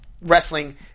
wrestling